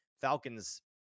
falcons